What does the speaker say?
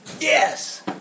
Yes